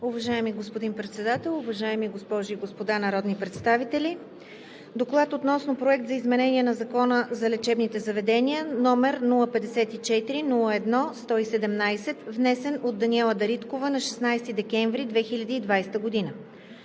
Уважаеми господин Председател, уважаеми госпожи и господа народни представители! „ДОКЛАД относно Законопроект за изменение на Закона за лечебните заведения, № 054-01-117, внесен от Даниела Дариткова на 16 декември 2020 г.